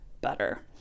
better